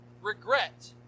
regret